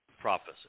prophecy